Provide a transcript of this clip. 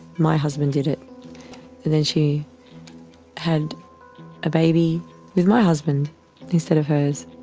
my husband did it. and then she had a baby with my husband instead of hers.